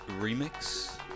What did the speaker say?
remix